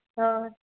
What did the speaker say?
ᱦᱳᱭ